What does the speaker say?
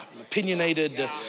opinionated